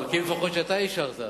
פרקים לפחות שאתה אישרת.